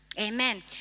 Amen